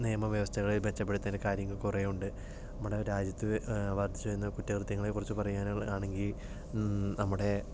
നിയമവ്യവസ്ഥകൾ മെച്ചപ്പെടുത്തേണ്ട കാര്യങ്ങൾ കുറേയുണ്ട് നമ്മുടെ രാജ്യത്ത് വർദ്ധിച്ചു വരുന്ന കുറ്റകൃത്ത്യങ്ങളെ കുറിച്ച് പറയാനുള്ള ആണെങ്കിൽ നമ്മുടെ